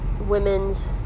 Women's